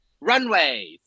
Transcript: runways